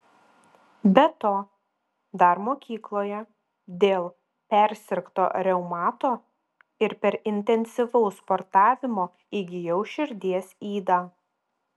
be to dar mokykloje dėl persirgto reumato ir per intensyvaus sportavimo įgijau širdies ydą